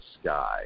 sky